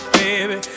baby